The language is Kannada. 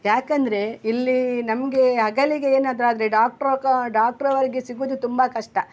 ಯಾಕೆಂದ್ರೆ ಇಲ್ಲಿ ನಮಗೆ ಹಗಲಿಗೆ ಏನಾದರು ಆದರೆ ಡಾಕ್ಟ್ರು ಕಾ ಡಾಕ್ಟ್ರವರಿಗೆ ಸಿಗೋದು ತುಂಬ ಕಷ್ಟ